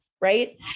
right